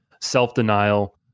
self-denial